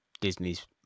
Disney's